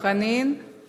חדשות, מה לא?